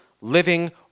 living